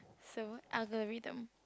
so algorithm